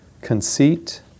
conceit